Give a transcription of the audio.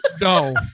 No